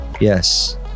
yes